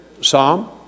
Psalm